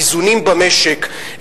האיזונים במשק,